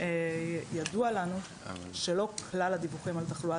ידוע לנו שלא כלל הדיווחים על תחלואה